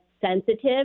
sensitive